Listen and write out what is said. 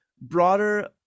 broader